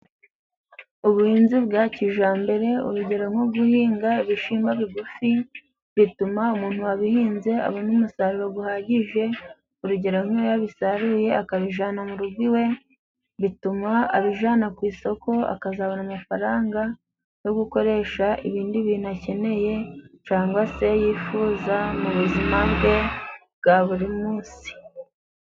Ubuhinzi bwa kijambere， urugero nko guhinga bishimbo bigufi，bituma umuntu wabihinze abona umusaruro guhagije， urugero nk' iyo bisaruye， akabijana mu rugo iwe，bituma abijana ku isoko，akazabona amafaranga yo gukoresha ibindi bintu akeneye， cangwa se yifuza mu buzima bwe bwa buri munsi.